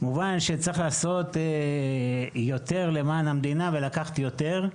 מובן שצריך לעשות יותר ולמען המדינה ולקחת יותר,